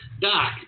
Doc